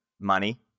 money